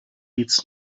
its